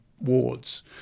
wards